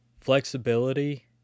flexibility